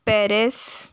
Paris